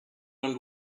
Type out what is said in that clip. and